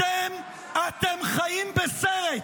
אתם חיים בסרט,